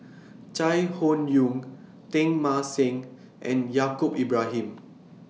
Chai Hon Yoong Teng Mah Seng and Yaacob Ibrahim